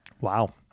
wow